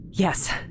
Yes